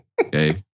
Okay